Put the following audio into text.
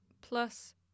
plus